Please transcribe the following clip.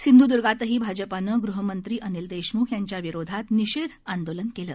सिंधूदुर्गातही भाजपानं गृहमंत्री अनिल देशमुख यांच्याविरोधात निषेध आंदोलन केलं